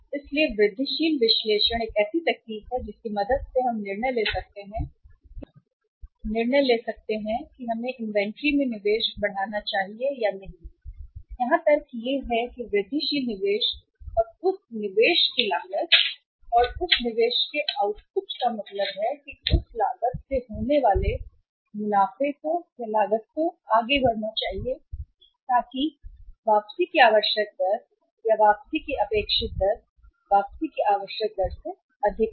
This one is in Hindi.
इसलिए वृद्धिशील विश्लेषण एक ऐसी तकनीक है जिसकी मदद से हम निर्णय ले सकते हैं हमें इन्वेंट्री में निवेश बढ़ाना चाहिए या नहीं और यहां तर्क यह है कि वृद्धिशील निवेश और उस निवेश की लागत और उस निवेश के आउटपुट का मतलब है उस लाभ से होने वाले मुनाफे को लागत से आगे बढ़ना चाहिए ताकि वापसी की आवश्यक दर या वापसी की अपेक्षित दर वापसी की आवश्यक दर से अधिक है